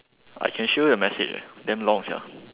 I can show you the message ah damn long sia